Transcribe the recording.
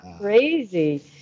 crazy